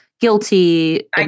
guilty